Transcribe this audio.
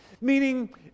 Meaning